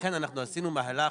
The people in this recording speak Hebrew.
ולכן אנחנו עשינו מהלך